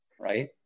right